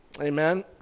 Amen